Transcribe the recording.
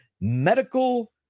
Medical